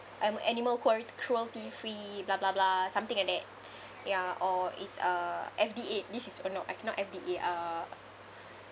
um animal cruel cruelty-free blah blah blah something like that ya or is uh F_D_A this is or not okay not F_D_A uh